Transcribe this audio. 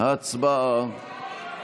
הצבעה.